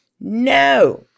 no